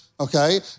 Okay